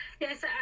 Yes